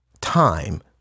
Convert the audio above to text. time